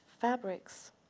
fabrics